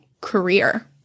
career